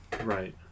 right